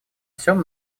всем